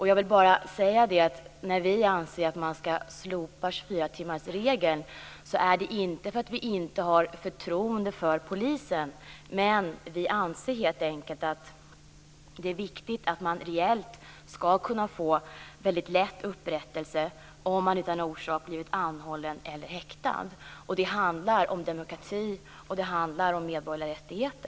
Jag vill bara säga att när vi anser att man skall slopa 24-timmarsregeln är det inte för att vi inte har förtroende för polisen. Vi anser helt enkelt att det är viktigt att man reellt skall kunna få upprättelse väldigt lätt om man har blivit anhållen eller häktad utan orsak. Det handlar om demokrati och om medborgerliga rättigheter.